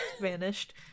vanished